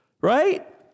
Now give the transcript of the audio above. right